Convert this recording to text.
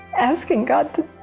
asking god to